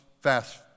fast